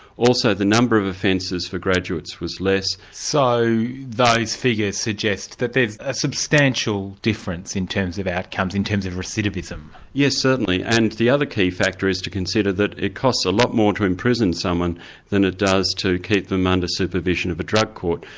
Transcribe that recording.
also the number of offences for graduates was less. so those figures suggest that there's a substantial difference in terms of outcomes, in terms of recidivism. yes, certainly. and the other key factor is to consider that it costs a lot more to imprison someone than it does to keep them under supervision of a drug court.